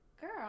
girl